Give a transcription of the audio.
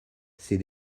ces